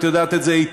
את יודעת את זה היטב,